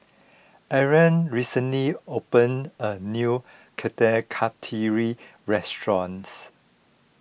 Oren recently opened a new Kuih Kasturi restaurants